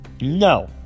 No